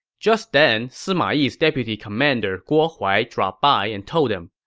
just then, sima yi's deputy commander guo huai dropped by and told him,